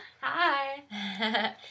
Hi